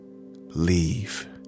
leave